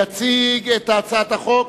יציג את הצעת החוק